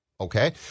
Okay